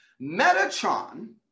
Metatron